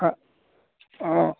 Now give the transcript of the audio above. অঁ